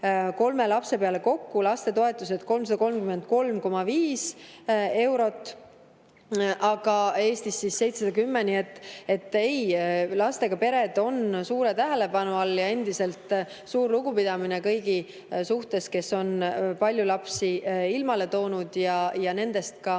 kolme lapse peale kokku on lapsetoetused 333,5 eurot, aga Eestis 710 eurot. Nii et lastega pered on meil suure tähelepanu all ja endiselt avaldan suurt lugupidamist kõigi suhtes, kes on palju lapsi ilmale toonud ja nendest ka